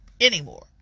anymore